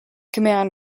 command